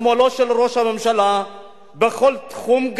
לשמאלו של ראש הממשלה, בכל תחום.